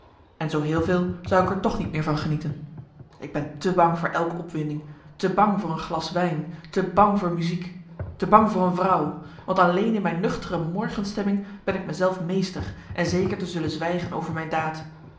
en zoo heel veel zou ik er toch niet meer van genieten ik ben te bang voor elke opwinding te bang voor een glas wijn te bang voor muziek te bang voor een vrouw want alleen in mijn nuchtere morgenstemming ben ik me zelf meester en zeker te zullen zwijgen over mijn daad